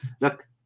Look